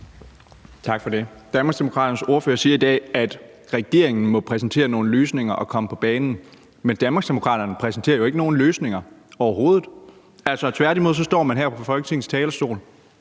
Tak for det. Danmarksdemokraternes ordfører siger i dag, at regeringen må præsentere nogle løsninger og komme på banen, men Danmarksdemokraterne præsenterer jo ikke nogen løsninger overhovedet. Tværtimod står man her på Folketingets talerstol